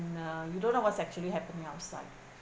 uh you don't know what's actually happening outside